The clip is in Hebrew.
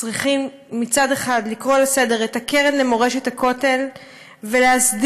צריכים לקרוא לסדר את הקרן למורשת הכותל ולהסדיר